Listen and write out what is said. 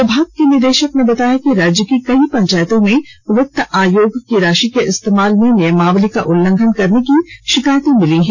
विभाग के निदेशक ने बताया कि राज्य की कई पंचायतों में वित्त आयोग की राशि के इस्तेमाल में नियमावली का उल्लंघन करने की शिकायतें मिली हैं